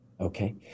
Okay